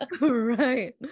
right